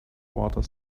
water